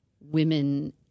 women